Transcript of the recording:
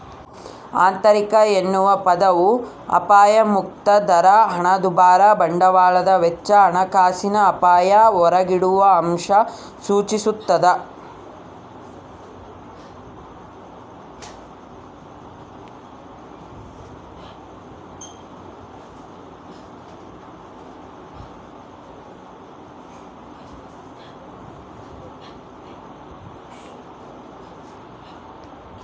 ಆಂತರಿಕ ಎನ್ನುವ ಪದವು ಅಪಾಯಮುಕ್ತ ದರ ಹಣದುಬ್ಬರ ಬಂಡವಾಳದ ವೆಚ್ಚ ಹಣಕಾಸಿನ ಅಪಾಯ ಹೊರಗಿಡುವಅಂಶ ಸೂಚಿಸ್ತಾದ